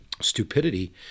Stupidity